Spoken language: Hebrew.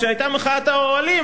כשהיתה מחאת האוהלים,